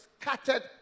scattered